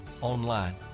online